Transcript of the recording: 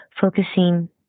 focusing